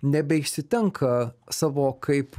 nebeišsitenka savo kaip